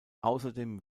außerdem